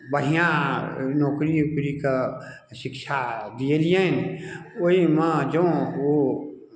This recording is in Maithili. बढ़िआँ नौकरी उकरीके शिक्षा दिएलियनि ओहिमे जँ ओ